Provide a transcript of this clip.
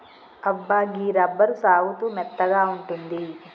అబ్బా గీ రబ్బరు సాగుతూ మెత్తగా ఉంటుంది